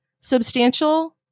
substantial